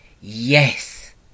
yes